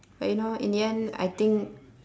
but you know in the end I think